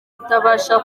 utabasha